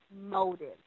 motive